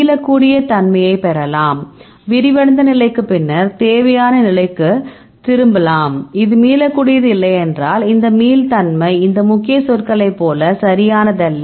மீளக்கூடிய தன்மையை பெறலாம் விரிவடைந்த நிலைக்கு பின்னர் தேவையான நிலைக்குத் திரும்பலாம் இது மீளக்கூடியது இல்லையென்றால் இந்த மீள்தன்மை இந்த முக்கிய சொற்களைப் போல சரியானதல்ல